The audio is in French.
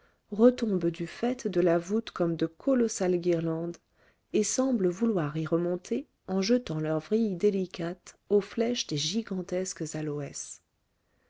retombent du faîte de la voûte comme de colossales guirlandes et semblent vouloir y remonter en jetant leurs vrilles délicates aux flèches des gigantesques aloès